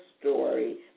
story